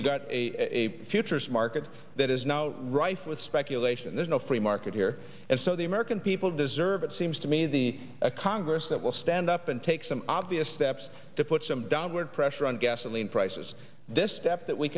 you've got a futures market that is now rife with speculation there's no free market here and so the american people deserve it seems to me the a congress that will stand up and take some obvious steps to put some downward pressure on gasoline prices this step that we